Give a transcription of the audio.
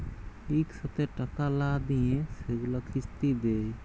ইকসাথে টাকা লা দিঁয়ে যেগুলা কিস্তি দেয়